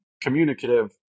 communicative